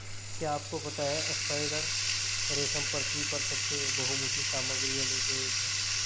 क्या आपको पता है स्पाइडर रेशम पृथ्वी पर सबसे बहुमुखी सामग्रियों में से एक है?